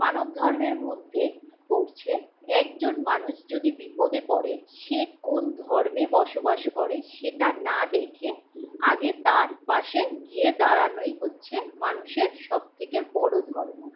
মানব ধর্মের মধ্যে পড়ছে একজন মানুষ যদি বিপদে পরে সে কোন ধর্মে বসবাস করে সেটা না দেখে আগে তার পাশে গিয়ে দাঁড়ানোই হচ্ছে মানুষের সব থেকে বড়ো ধর্ম